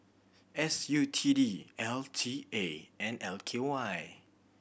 S U T D L T A and L K Y